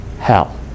hell